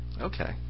Okay